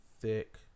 thick